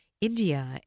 India